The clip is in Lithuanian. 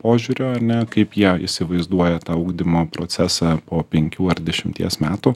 požiūrio ar ne kaip jie įsivaizduoja tą ugdymo procesą po penkių ar dešimties metų